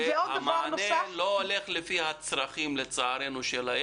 המענה לא הולך לפי הצרכים של הילד,